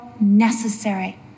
necessary